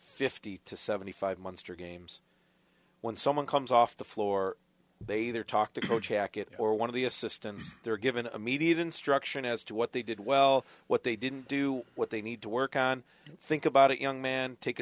fifty to seventy five months or games when someone comes off the floor they either talk to coach jacket or one of the assistants they're given a media even struction as to what they did well what they didn't do what they need to work on think about it young man take a